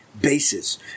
basis